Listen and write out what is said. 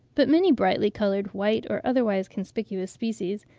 but many brightly-coloured, white, or otherwise conspicuous species,